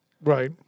Right